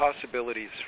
possibilities